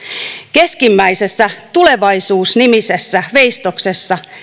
keskimmäisessä tulevaisuus nimisessä veistoksessa